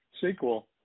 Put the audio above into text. sequel